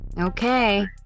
Okay